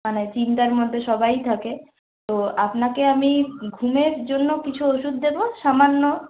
মানে চিন্তার মধ্যে সবাই থাকে তো আপনাকে আমি ঘুমের জন্য কিছু ওষুধ দেবো সামান্য